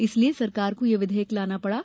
इसलिये सरकार को यह विधेयक लाना पड़ा